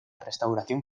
restauración